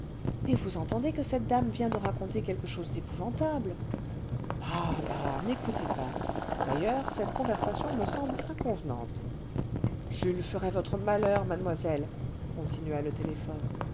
mais vous entendez que cette dame vient de raconter quelque chose d'épouvantable bah bah n'écoutez pas d'ailleurs cette conversation me semble inconvenante jules ferait votre malheur mademoiselle continua le téléphone